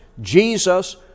Jesus